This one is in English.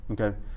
Okay